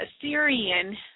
Syrian